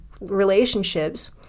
relationships